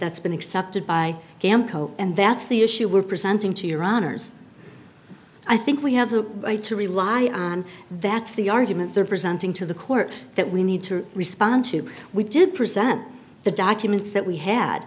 that's been accepted by and that's the issue we're presenting to your honor's i think we have the right to rely on that's the argument they're presenting to the court that we need to respond to we did present the documents that we had